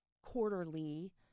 quarterly